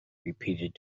repeated